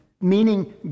meaning